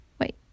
Wait